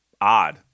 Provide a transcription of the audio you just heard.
odd